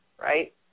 Right